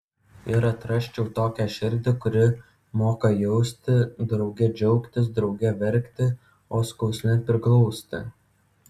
ir atrasčiau tokią širdį kuri moka jausti drauge džiaugtis drauge verkti o skausme priglausti